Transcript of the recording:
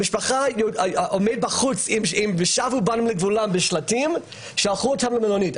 המשפחה עומדת בחוץ עם שלטים ושלחו אותם למלונית.